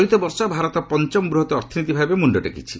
ଚଳିତ ବର୍ଷ ଭାରତ ପଞ୍ଚମ ବୃହତ୍ ଅର୍ଥନୀତି ଭାବେ ମୁଣ୍ଡ ଟେକିଛି